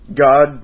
God